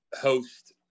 host